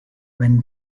when